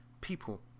people